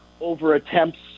over-attempts